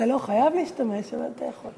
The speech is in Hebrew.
אתה לא חייב להשתמש, אבל אתה יכול.